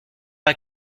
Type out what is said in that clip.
pas